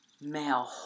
Male